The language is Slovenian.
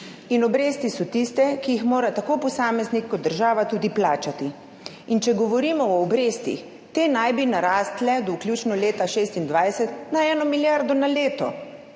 in obresti so tiste, ki jih mora tako posameznik kot država tudi plačati. In če govorimo o obrestih, te naj bi narasle do vključno leta 2026 na 1 milijardo na leto,